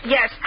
Yes